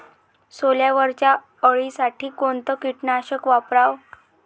सोल्यावरच्या अळीसाठी कोनतं कीटकनाशक वापराव?